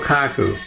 Kaku